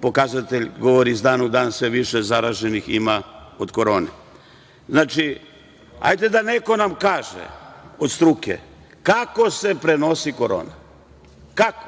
pokazatelj govori, iz dana u dan sve više zaraženih ima od korone. Znači, hajde da nam neko kaže od struke, kako se prenosi korona, kako?